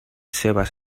cebes